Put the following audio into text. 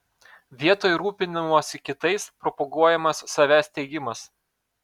vietoj rūpinimosi kitais propaguojamas savęs teigimas